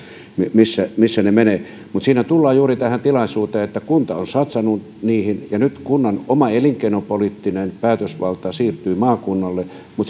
missä ne menevät mutta siinä tullaan juuri tähän tilanteeseen että kunta on satsannut niihin mutta kun nyt kunnan oma elinkeinopoliittinen päätösvalta siirtyy maakunnalle